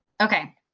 Okay